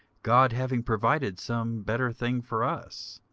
god having provided some better thing for us,